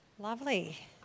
Lovely